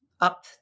up